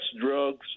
drugs